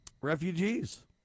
refugees